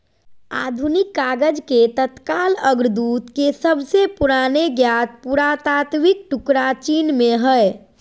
आधुनिक कागज के तत्काल अग्रदूत के सबसे पुराने ज्ञात पुरातात्विक टुकड़ा चीन में हइ